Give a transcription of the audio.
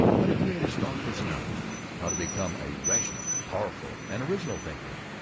how to create a strong personality. how to become a rational, powerful and original thinker.